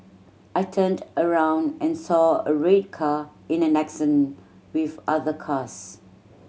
I turned around and saw a red car in an accident with other cars